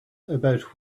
about